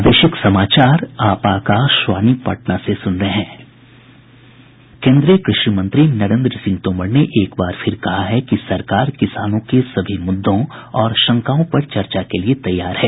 केन्द्रीय कृषि मंत्री नरेन्द्र सिंह तोमर ने एक बार फिर कहा है कि सरकार किसानों के सभी मुददों और शंकाओं पर चर्चा के लिए तैयार है